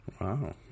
Wow